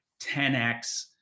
10X